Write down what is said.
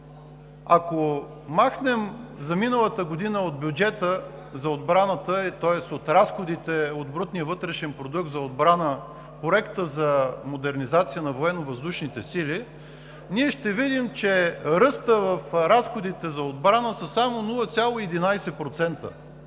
ако махнем за миналата година от разходите от брутния вътрешен продукт за отбрана Проекта за модернизация на Военновъздушните сили, ние ще видим, че ръстът в разходите за отбрана е само 0,11%,